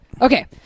Okay